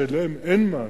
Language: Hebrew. שלהם אין מענה.